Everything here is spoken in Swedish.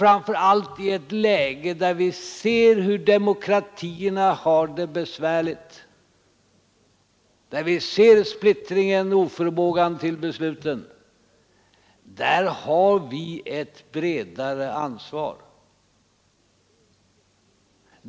Framför allt i ett läge där vi ser hur andra demokratier har det besvärligt, där vi ser splittringen och oförmågan till beslut har vi ett bredare ansvar.